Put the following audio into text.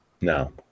no